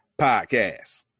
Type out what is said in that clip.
Podcast